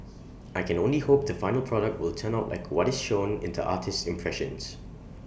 I can only hope the final product will turn out like what is shown in the artist's impressions